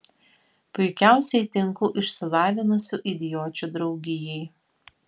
puikiausiai tinku išsilavinusių idiočių draugijai